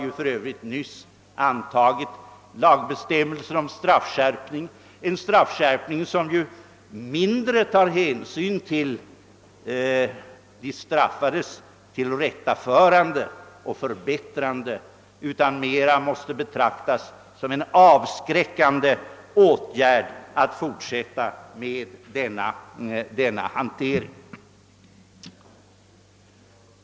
Vi har för övrigt nyss antagit lagbestämmelser om straffskärpning, en skärpning som mindre tar hänsyn till de straffades tillrättaförande och förbättrande utan mera måste betraktas som avskräckande för dem som fortsätter med denna hantering.